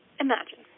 imagine